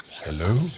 Hello